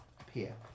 appear